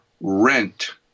Rent